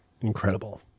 Incredible